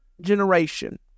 generation